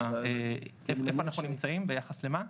מה איפה אנחנו נמצאים ביחס למה?